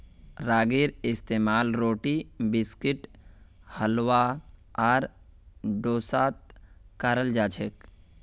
रागीर इस्तेमाल रोटी बिस्कुट हलवा आर डोसात कराल जाछेक